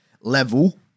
level